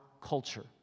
culture